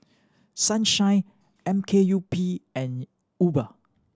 Sunshine M K U P and Uber